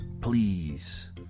please